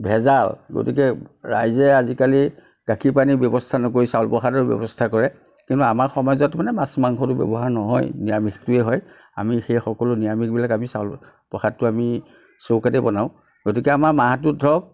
ভেজাল গতিকে ৰাইজে আজিকালি গাখীৰ পানীৰ ব্যৱস্থা নকৰি চাউল প্ৰসাদৰ ব্যৱস্থা কৰে কিন্তু আমাৰ সমাজত মানে মাছ মাংসটো ব্যৱহাৰ নহয় নিৰামিষটোৱে হয় আমি সেইয়ে সকলো নিৰামিষবিলাক আমি চাউল প্ৰসাদটো আমি চৌকাতে বনাওঁ গতিকে আমাৰ মাহটোত ধৰক